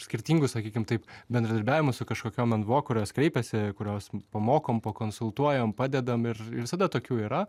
skirtingus sakykim taip bendradarbiavimus su kažkokiom nvo kurios kreipiasi kurios pamokom pakonsultuojam padedam ir ir visada tokių yra